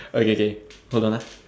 okay K hold on ah